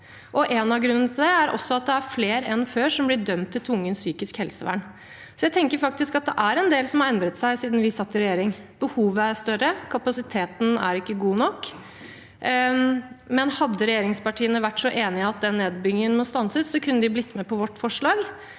en av grunnene til det er også at det er flere enn før som blir dømt til tvungent psykisk helsevern. Jeg tenker faktisk at det er en del som har endret seg siden vi satt i regjering. Behovet er større, og kapasiteten er ikke god nok. Hadde regjeringspartiene vært så enig i at den nedbyggingen må stanses, kunne de blitt med på vårt forslag,